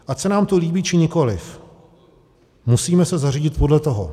Ať se nám to líbí, či nikoliv, musíme se zařídit podle toho.